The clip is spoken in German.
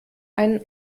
einen